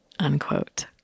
unquote